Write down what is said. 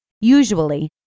Usually